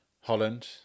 Holland